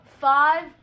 Five